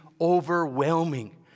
overwhelming